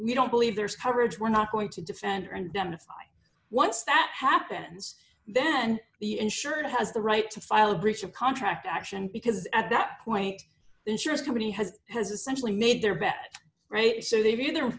we don't believe there's coverage we're not going to defend and damage once that happens then the insured has the right to file a breach of contract action because at that point the insurance company has has essentially made their bet right so they've either